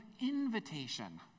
invitation